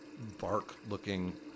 bark-looking